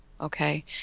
Okay